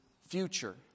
future